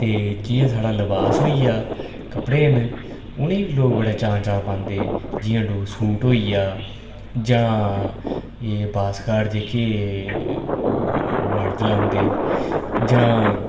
ते जियां साढ़ा लवास होई गेआ कपड़े न उ'नेंगी बी लोग बड़ा चांऽ चांऽ कन्नै पांदे जियां डोगरी सूट होई गेआ जां जियां बास्कट जेह्की मड़द लांदे जां